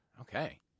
Okay